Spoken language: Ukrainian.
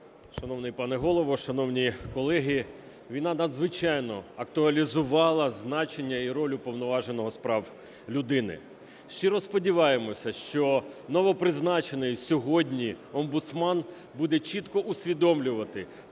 Шановний пане Голово, шановні колеги! Війна надзвичайно актуалізувала значення і роль Уповноваженого з прав людини. Щиро сподіваємося, що новопризначений сьогодні омбудсмен буде чітко усвідомлювати